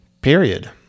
Period